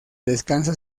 descansa